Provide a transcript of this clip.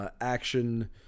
Action